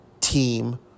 team